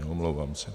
Omlouvám se.